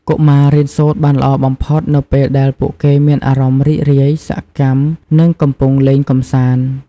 កុមាររៀនសូត្របានល្អបំផុតនៅពេលដែលពួកគេមានអារម្មណ៍រីករាយ សកម្ម និងកំពុងលេងកម្សាន្ត។